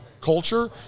culture